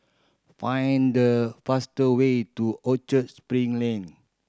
find the faster way to Orchard Spring Lane